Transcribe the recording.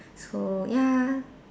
so ya